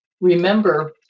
remember